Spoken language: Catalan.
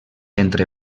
entre